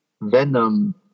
Venom